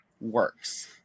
works